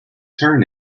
turn